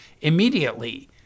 immediately